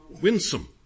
winsome